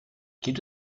gibt